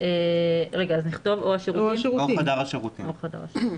אז נכתוב "או חדר השירותים".